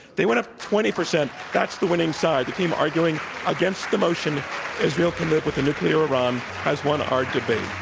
they went up twenty percent, that's the winning side. the team arguing against the motion israel can live with a nuclear iran has won our